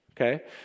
Okay